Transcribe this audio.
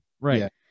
Right